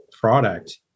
product